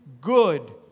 good